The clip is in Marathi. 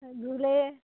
झुले